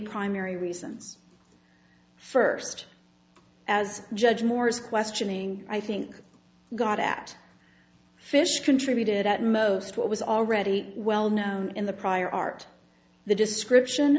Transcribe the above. primary reasons first as judge moore's questioning i think got at phish contributed at most what was already well known in the prior art the description